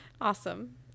awesome